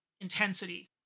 intensity